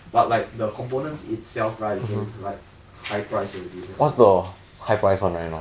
but like the components itself right is like high price already that's why